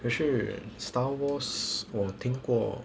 可是 star wars 我听过